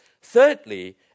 Thirdly